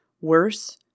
Worse